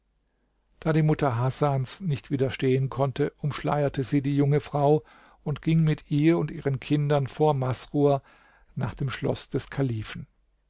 da die mutter hasans nicht widerstehen konnte umschleierte sie die junge frau und ging mit ihr und ihren kindern vor masrur nach dem schloß des kalifen